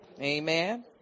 Amen